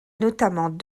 notamment